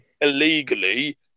illegally